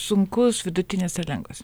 sunkus vidutinis ir lengvas